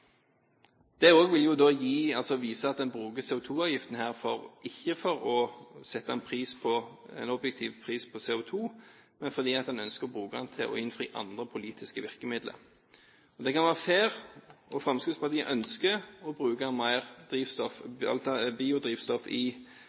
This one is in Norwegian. Det også vil jo da vise at en bruker CO2-avgiften – ikke for å sette en objektiv pris på CO2, men fordi en ønsker å bruke den til å innfri andre politiske virkemidler. Det kan være fair, og Fremskrittspartiet ønsker å bruke mer biodrivstoff i